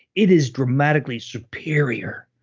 it is dramatically superior.